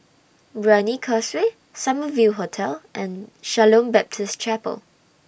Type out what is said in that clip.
Brani Causeway Summer View Hotel and Shalom Baptist Chapel